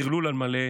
טרלול על מלא,